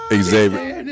Xavier